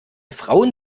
frauen